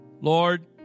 Lord